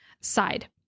side